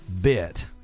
bit